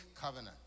Covenant